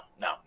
no